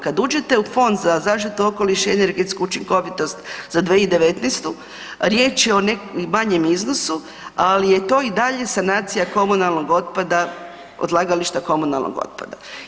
Kad uđete u Fond za zaštitu okoliša i energetsku učinkovitost za 2019., riječ je o manjem iznosu, ali je to i dalje sanacija komunalnog otpada odlagališta komunalnog otpada.